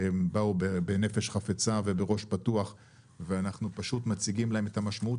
שהם באו בנפש חפצה וראש פתוח ואנחנו מציגים להם את המשמעות